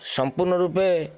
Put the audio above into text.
ସମ୍ପୂର୍ଣ୍ଣ ରୂପେ